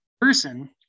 person